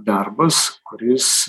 darbas kuris